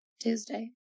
Tuesday